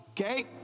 Okay